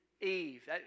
Eve